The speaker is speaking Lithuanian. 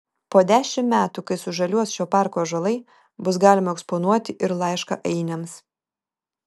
po dešimt metų kai sužaliuos šio parko ąžuolai bus galima eksponuoti ir laišką ainiams